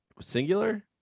Singular